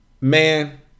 Man